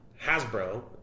Hasbro